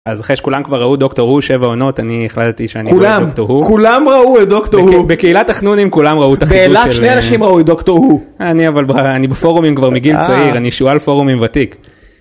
אז אחרי שכולם כבר ראו דוקטור הו שבע עונות אני החלטתי שאני אראה את דוקטור הו, כולם, כולם ראו את דוקטור הו, בקהילת החנונים כולם ראו את החיקוי של, באילת שני אנשים ראו את ד"ר הו, אני אבל אני בפורומים כבר מגיל צעיר אני שועל פורומים ותיק.